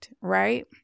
right